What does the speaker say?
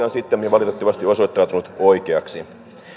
on sittemmin valitettavasti osoittautunut oikeaksi